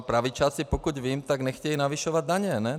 Pravičáci, pokud vím, tak nechtějí navyšovat daně, ne?